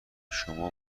شما